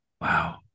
wow